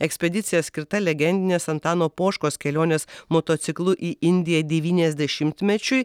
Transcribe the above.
ekspedicija skirta legendinės antano poškos kelionės motociklu į indiją devyniasdešimtmečiui